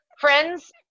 friends